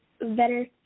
better